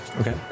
Okay